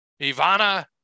Ivana